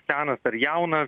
senas ar jaunas